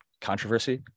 controversy